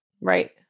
Right